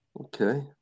Okay